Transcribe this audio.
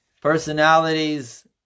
personalities